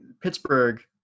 Pittsburgh